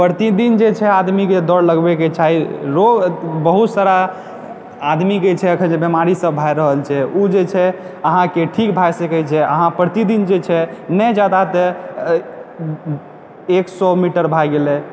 प्रतिदिन जे छै आदमीके दौड़ लगबयके चाही बहुत सारा आदमीके छै अखन बीमारीसभ जे भए रहल छै ओ जे छै अहाँके ठीक भए सकैत छै अहाँ प्रतिदिन जे छै न जादा तऽ एक सए मीटर भए गेलय